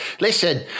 Listen